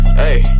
hey